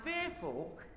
fearful